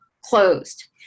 closed